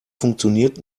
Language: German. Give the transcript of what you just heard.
funktioniert